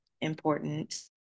important